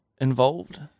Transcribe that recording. involved